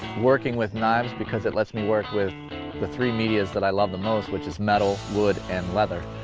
working with knives because it lets me work with the three mediums that i love the most which is metal wood and leather.